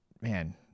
man